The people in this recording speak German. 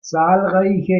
zahlreiche